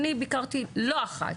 אני ביקרתי לא אחת,